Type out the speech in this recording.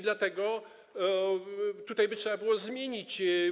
Dlatego tutaj trzeba byłoby to zmienić.